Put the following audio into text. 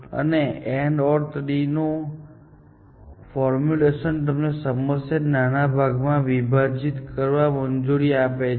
અને AND OR tree નું આ ફોર્મ્યુલેશન તમને સમસ્યાને નાના ભાગમાં વિભાજિત કરવાની મંજૂરી આપે છે